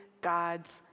God's